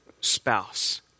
spouse